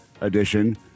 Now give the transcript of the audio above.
Edition